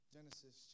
Genesis